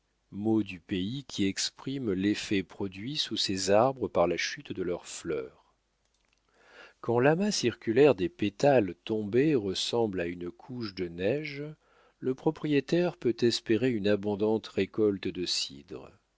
du pays qui exprime l'effet produit sous ces arbres par la chute de leurs fleurs quand l'amas circulaire des pétales tombés ressemble à une couche de neige le propriétaire peut espérer une abondante récolte de cidre